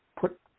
put